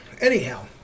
anyhow